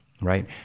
right